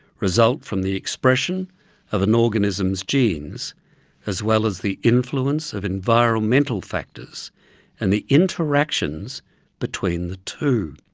result from the expression of an organism's genes as well as the influence of environmental factors and the interactions between the two.